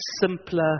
simpler